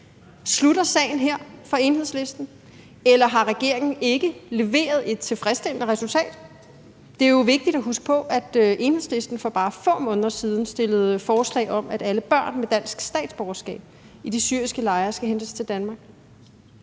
Slutter sagen her for Enhedslisten, eller har regeringen ikke leveret et tilfredsstillende resultat? Det er jo vigtigt at huske på, at Enhedslisten for bare få måneder siden fremsatte forslag om, at alle børn i de syriske lejre med dansk statsborgerskab skal hentes til Danmark.